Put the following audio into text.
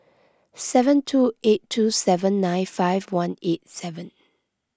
seven two eight two seven nine five one eight seven